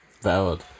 Valid